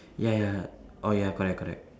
ya ya orh ya correct correct